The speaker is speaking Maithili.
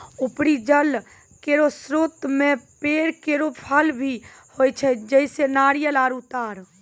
उपरी जल केरो स्रोत म पेड़ केरो फल भी होय छै, जैसें नारियल आरु तार